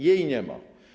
Jej nie ma.